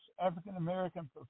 African-American